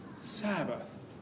Sabbath